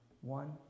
one